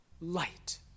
light